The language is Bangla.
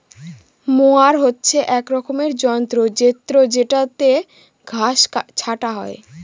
মোয়ার হচ্ছে এক রকমের যন্ত্র জেত্রযেটাতে ঘাস ছাটা হয়